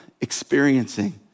experiencing